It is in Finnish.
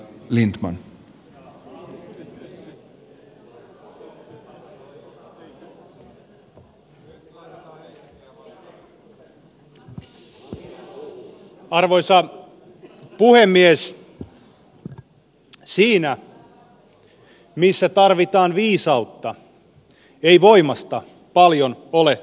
siinä missä tarvitaan viisautta ei voimasta paljon ole apua